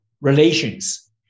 relations